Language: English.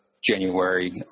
January